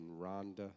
Rhonda